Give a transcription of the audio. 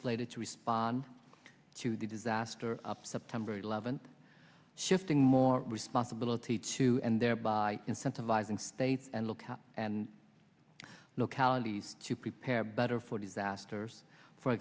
slated to respond to the disaster of september eleventh shifting more responsibility to and thereby incentivizing state and local and localities to prepare better for disasters for